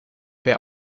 wer